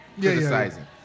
criticizing